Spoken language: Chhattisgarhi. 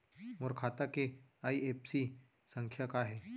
मोर खाता के आई.एफ.एस.सी संख्या का हे?